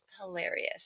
hilarious